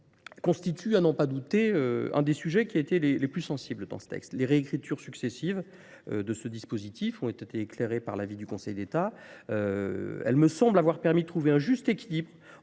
constitue à n'en pas douter un des sujets qui a été les plus sensibles dans ce texte. Les réécritures successives de ce dispositif ont été éclairées par l'avis du Conseil d'État. Elle me semble avoir permis de trouver un juste équilibre